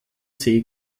see